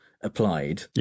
applied